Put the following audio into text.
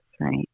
right